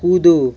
कूदो